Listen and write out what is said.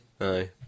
Aye